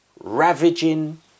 ravaging